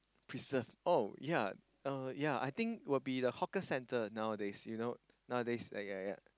preserve oh ya uh ya I think it will be the hawker centre nowadays you know nowadays ya ya ya